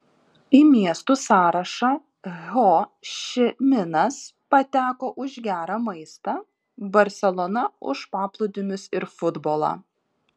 į miestų sąrašą ho ši minas pateko už gerą maistą barselona už paplūdimius ir futbolą